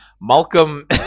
Malcolm